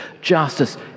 justice